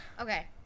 Okay